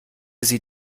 sie